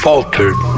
Faltered